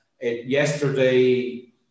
yesterday